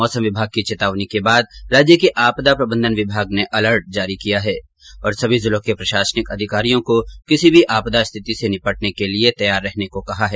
मौसम विमाग की चेतावनी के बाद राज्य के ऑपदा प्रबंधन विमाग ने एलर्ट जारी किया है और सभी जिलों के प्रशासनिक अधिकारियों को किसी भी आपदा की स्थिति से निपटने के लिए तैयार रहने को कहा है